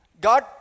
God